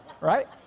Right